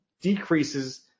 decreases